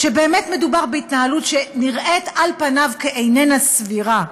שבאמת מדובר בהתנהלות שנראית על פניו שאיננה סבירה,